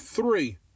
Three